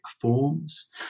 forms